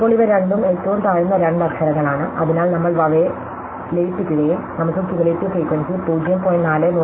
ഇപ്പോൾ ഇവ രണ്ടും ഏറ്റവും താഴ്ന്ന രണ്ട് അക്ഷരങ്ങളാണ് അതിനാൽ നമ്മൾ അവയെ ലയിപ്പിക്കുകയും നമുക്ക് ക്യുമുലേറ്റീവ് ഫ്രീക്വൻസി 0